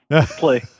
play